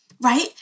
Right